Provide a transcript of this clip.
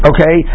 Okay